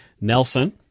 Nelson